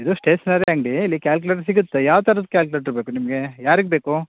ಇದು ಸ್ಟೇಷ್ನರಿ ಅಂಗಡಿ ಇಲ್ಲಿ ಕ್ಯಾಲ್ಕ್ಯುಲೇಟ್ರ್ ಸಿಗುತ್ತೆ ಯಾವ ಥರದ ಕ್ಯಾಲ್ಕ್ಯುಲೇಟ್ರ್ ಬೇಕು ನಿಮಗೆ ಯಾರಿಗೆ ಬೇಕು